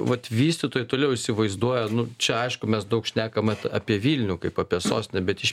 vat vystytojai toliau įsivaizduoja nu čia aišku mes daug šnekam at apie vilnių kaip apie sostinę bet iš